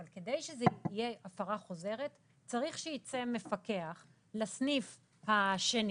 כדי שזאת תהיה הפרה חוזרת צריך שיצא מפקח לסניף השני.